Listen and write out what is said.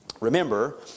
Remember